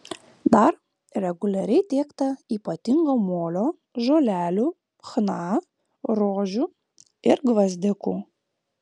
dar reguliariai tiekta ypatingo molio žolelių chna rožių ir gvazdikų